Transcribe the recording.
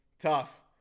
Tough